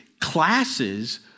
classes